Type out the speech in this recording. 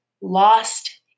lost